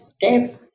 dave